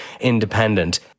Independent